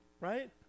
right